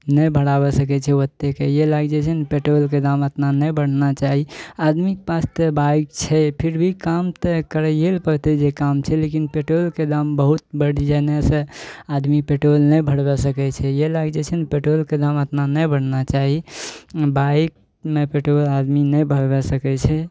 नहि भराबै सकै छै ओतेक ये लागि जाइ छै ने पेट्रोलके दाम अतना नहि बढ़ना चाही आदमीके पास तऽ बाइक छै फिर भी काम तऽ करैये लए पड़तै जे काम छै लेकिन पेट्रोलके दाम बहुत बढ़ि जेने से आदमी पेट्रोल नहि भरा सकैत छै ये लागि जाइ छै ने पेट्रोलके दाम अतना नहि बढ़ना चाही बाइकमे पेट्रोल आदमी नहि भरबै सकै छै